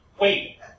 Wait